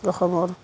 অসমৰ